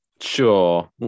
sure